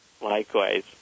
Likewise